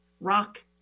rock